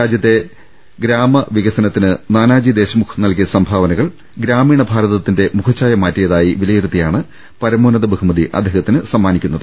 രാജ്യത്തെ ഗ്രാമവികസനത്തിന് നാനാജി ദേശ്മുഖ് നൽകിയ സംഭാവനകൾ ഗ്രാമീണ ഭാരതത്തിന്റെ മുഖച്ഛായ മാറ്റി യതായി വിലയിരുത്തിയാണ് പരമോന്നത ബഹുമതി അദ്ദേഹത്തിന് പ്രഖ്യാ പിച്ചത്